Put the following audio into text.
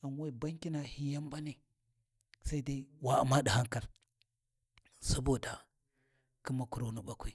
ghan we bankina hi yan mbanai, sai dai wa U’ma ɗi hankal, saboda khin makuruni ɓakwi.